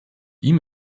ihm